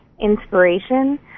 inspiration